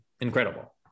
incredible